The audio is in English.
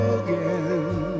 again